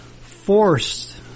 forced